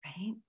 right